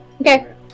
Okay